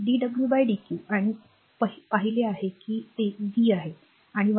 dw dq आणि पाहिले आहे की ते V आहे आणि 1